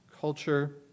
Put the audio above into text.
culture